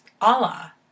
allah